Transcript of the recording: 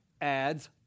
adds